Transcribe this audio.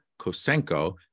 Kosenko